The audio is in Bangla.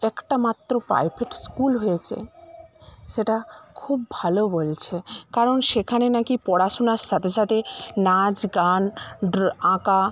একটা মাত্র প্রাইভেট স্কুল হয়েছে সেটা খুব ভালো বলছে কারণ সেখানে নাকি পড়াশুনার সাথে সাথে নাচ গান আঁকা